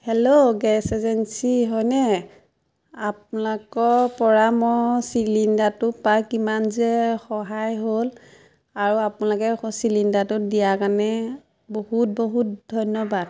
hello gas agency হয়নে আপোনালোকৰ পৰা মই চিলিণ্ডাৰটো পায় কিমান যে সহায় হ'ল আৰু আপোনালোকে চিলিণ্ডাৰটোত দিয়াৰ কাৰণে বহুত বহুত ধন্যবাদ